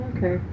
Okay